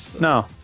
no